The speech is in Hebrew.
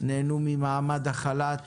שנהנו ממעמד החל"ת